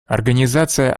организация